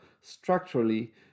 structurally